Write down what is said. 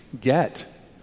get